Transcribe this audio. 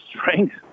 strength